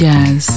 Jazz